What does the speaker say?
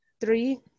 Three